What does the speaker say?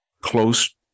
close